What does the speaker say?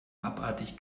abartig